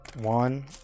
one